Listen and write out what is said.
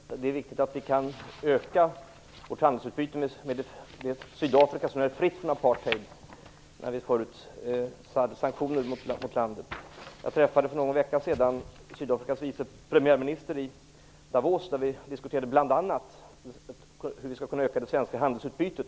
Fru talman! Det är riktigt att vi kan öka vårt handelsutbyte med Sydafrika, jämfört med när vi hade sanktioner mot landet, som nu är fritt från apartheid. Jag träffade för någon vecka sedan Sydafrikas vice premiärminister i Davos, där vi diskuterade bl.a. hur vi skulle kunna öka vårt handelsutbyte.